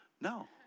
No